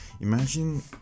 Imagine